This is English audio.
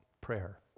prayer